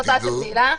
אני אחותה של תהלה.